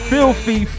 Filthy